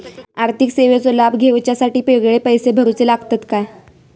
आर्थिक सेवेंचो लाभ घेवच्यासाठी वेगळे पैसे भरुचे लागतत काय?